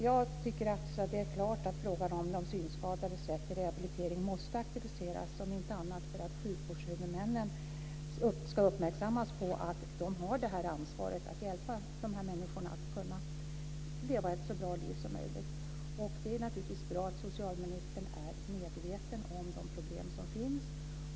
Jag tycker att det är klart att frågan om de synskadades rätt till rehabilitering måste aktualiseras, om inte annat för att sjukvårdshuvudmännen ska uppmärksammas på att de har ansvaret att hjälpa dessa människor att kunna leva ett så bra liv som möjligt. Det är naturligtvis bra att socialministern är medveten om de problem som finns.